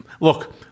Look